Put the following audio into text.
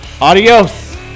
Adios